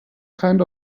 kind